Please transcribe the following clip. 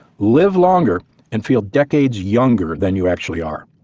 live longer and feel decades younger than you actually are.